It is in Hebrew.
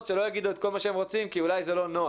שלא יגידו את כל מה שהם רוצים כי אולי זה לא נוח,